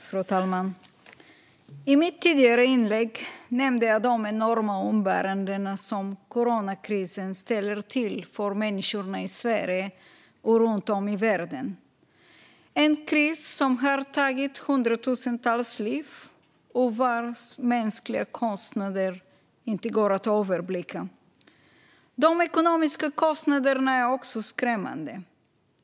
Fru talman! I mitt inlägg i den tidigare debatten nämnde jag de enorma umbäranden som coronakrisen inneburit för människorna i Sverige och runt om i världen. Det är en kris som har tagit hundratusentals liv och vars mänskliga kostnader inte går att överblicka. De ekonomiska kostnaderna är också skrämmande.